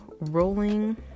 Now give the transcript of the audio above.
rolling